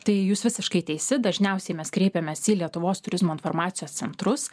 tai jūs visiškai teisi dažniausiai mes kreipėmės į lietuvos turizmo informacijos centrus